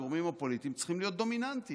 הגורמים הפוליטיים צריכים להיות דומיננטיים,